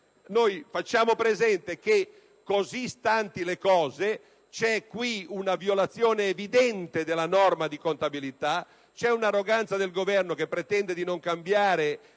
facciamo presente che, così stanti le cose, vi è una violazione evidente della norma di contabilità, un'arroganza del Governo, che pretende di non cambiare